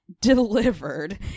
delivered